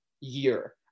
year